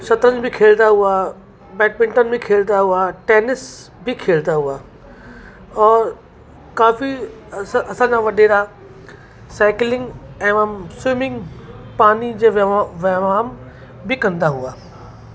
शतरंज बि खेॾंदा हुआ बैडमिंटन बि खेॾंदा हुआ टेनिस बि खेॾंदा हुआ और काफ़ी असां असांजा वॾेरा साइकिलिंग एवं स्विमिंग पानी जे व्यव व्यायाम बि कंदा हुआ